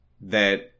that-